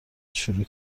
شروع